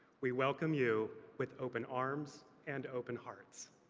we welcome you with open arms and open hearts.